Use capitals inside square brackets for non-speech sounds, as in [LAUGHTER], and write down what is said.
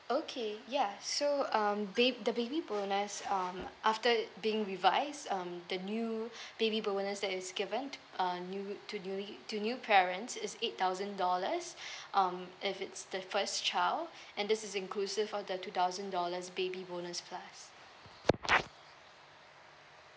okay ya so um b~ the baby bonus um after being revise um the new [BREATH] baby bonus that is given uh newly to newly to new parents is eight thousand dollars [BREATH] um if it's the first child and this is inclusive of the two thousand dollars baby bonus plus